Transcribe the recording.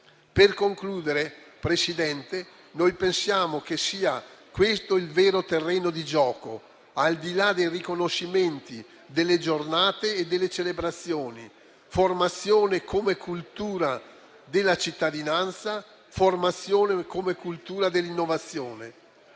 Per concludere, signora Presidente, noi pensiamo che sia questo il vero terreno di gioco, al di là dei riconoscimenti, delle giornate e delle celebrazioni: formazione come cultura della cittadinanza, formazione come cultura dell'innovazione,